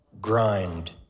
Grind